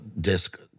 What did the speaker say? DISC